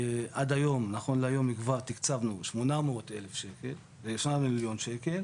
נכון להיום כבר תקצבנו 800 מיליון שקל